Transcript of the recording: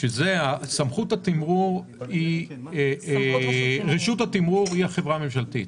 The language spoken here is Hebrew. בשביל זה רשות התימרור היא החברה הממשלתית.